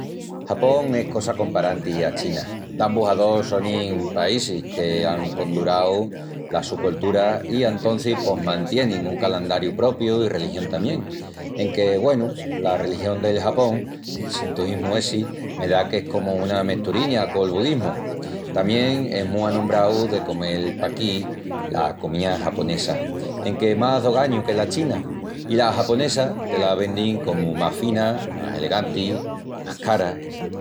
Japón es cosa comparanti a China. Dambus a dos sonin paísis que án condurau la su coltura i antocis pos mantienin un calandariu propiu i religión tamién. Enque, güenu, la religión del Japón, el sintoísmu essi, me da qu'es comu una mesturiña col budismu. Tamién es mu anombrau de comel paquí la comía japonesa, enque más d'ogañu que la china. I la japonesa te la vendin comu más fina, más eleganti, más cara.